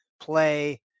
play